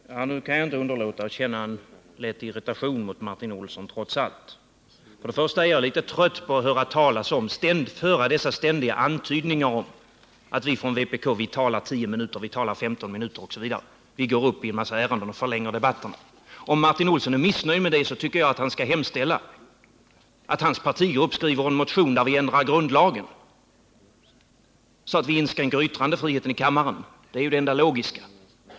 Herr talman! Nu kan jag trots allt inte underlåta att känna en lätt irritation mot Martin Olsson. Jag är trött på att ständigt höra dessa antydningar om att vi från vpk talar i 10 minuter, i 15 minuter osv. — vi går upp i en massa ärenden och förlänger debatterna. Om Martin Olsson är missnöjd med det, tycker jag att han skall hemställa att hans parti skriver en motion om att ändra grundlagen så att vi inskränker yttrandefriheten i kammaren. Det är det enda logiska.